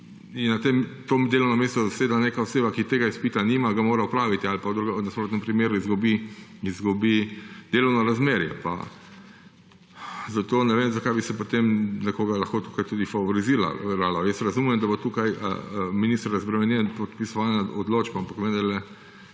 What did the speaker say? da to delovno mesto zaseda neka oseba, ki tega izpita nima, ga mora opraviti ali pa v nasprotnem primeru izgubi delovno razmerje. Zato ne vem, zakaj bi se potem nekoga lahko tukaj tudi favoriziralo. Jaz razumem, da bo tukaj minister razbremenjen podpisovanja odločb, ampak vendarle